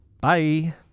bye